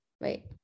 wait